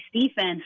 defense